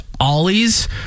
ollies